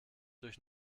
durch